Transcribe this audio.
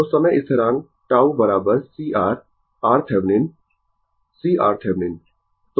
तो समय स्थिरांक tau C R RThevenin C RThevenin